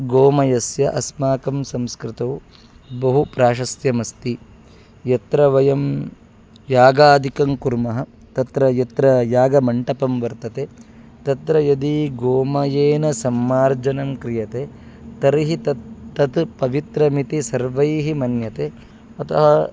गोमयस्य अस्माकं संस्कृतौ बहु प्राशस्त्यमस्ति यत्र वयं यागादिकं कुर्मः तत्र यत्र यागमण्डपं वर्तते तत्र यदि गोमयेन सम्मार्जनं क्रियते तर्हि तत् तत् पवित्रमिति सर्वैः मन्यते अतः